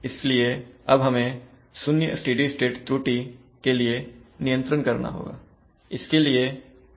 इसलिए अब हमें शून्य स्टडी स्टेट त्रुटि के लिए नियंत्रण करना होगा